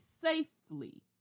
Safely